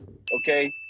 okay